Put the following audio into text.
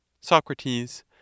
Socrates